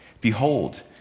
Behold